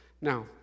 Now